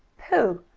pooh!